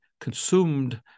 consumed